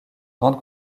grande